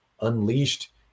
unleashed